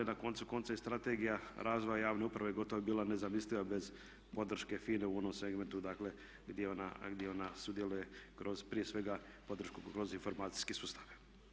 Na koncu konca i Strategija razvoja javne uprave gotovo bi bila nezamisliva bez podrške FINA-e u onom segmentu, dakle gdje ona sudjeluje kroz prije svega podršku kroz informacijske sustave.